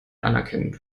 anerkennend